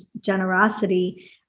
generosity